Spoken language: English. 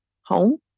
home